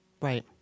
right